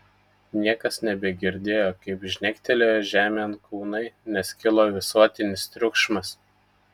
niekas nebegirdėjo kaip žnektelėjo žemėn kūnai nes kilo visuotinis triukšmas